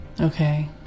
okay